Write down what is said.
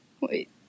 Wait